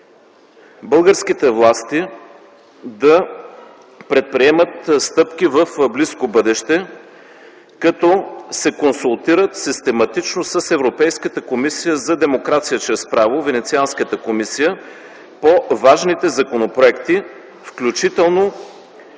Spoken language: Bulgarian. „Българските власти да предприемат стъпки в близко бъдеще, като се консултират систематично с Европейската комисия за демокрация чрез право, Венецианската комисия, по важните законопроекти, включително